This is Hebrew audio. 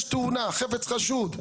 אם יש תאונה, חפץ חשוד,